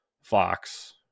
fox